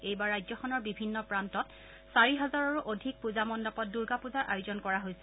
এইবাৰ ৰাজ্যখনৰ বিভিন্ন প্ৰান্তত চাৰি হাজাৰৰো অধিক পুজা মণ্ডপত দূৰ্গা পুজাৰ আয়োজন কৰা হৈছে